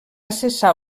cessar